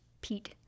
Pete